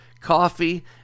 coffee